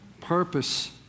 purpose